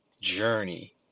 journey